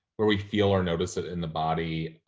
where we feel or notice it in the body?